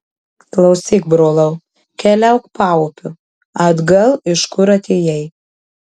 klausyk brolau keliauk paupiu atgal iš kur atėjai